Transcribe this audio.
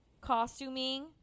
costuming